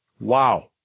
wow